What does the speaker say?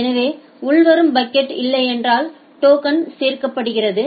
எனவே உள்வரும் பாக்கெட் இல்லை என்றால் டோக்கன் சேர்க்கப்படுகிறது